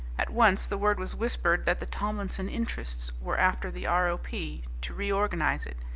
at once the word was whispered that the tomlinson interests were after the r o p. to reorganize it,